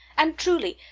and, truly,